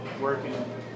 working